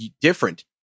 different